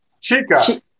Chica